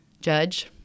judge